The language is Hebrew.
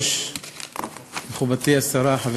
אנחנו עוברים להצעת החוק